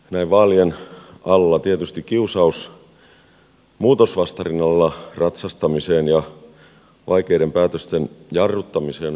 näin vaalien alla tietysti kiusaus muutosvastarinnalla ratsastamiseen ja vaikeiden päätösten jarruttamiseen on suuri